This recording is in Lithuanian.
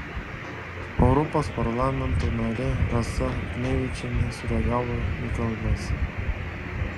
europos parlamento narė rasa juknevičienė sureagavo į kalbas